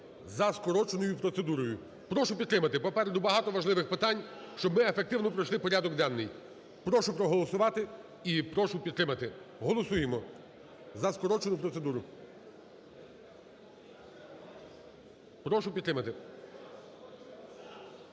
за скороченою процедурою. Прошу підтримати, попереду багато важливих питань, щоб ми ефективно пройшли порядок денний. Прошу проголосувати і прошу підтримати. Голосуємо за скорочену процедуру. Прошу підтримати.